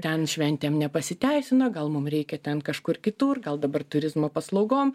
ten šventėm nepasiteisino gal mum reikia ten kažkur kitur gal dabar turizmo paslaugom